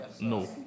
No